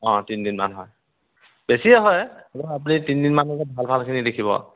অঁ তিনি দিনমান হয় বেছিয়ে হয় হ'লেও আপুনি তিনি দিনমান ভাল ভালখিনি দেখিব